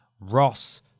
Ross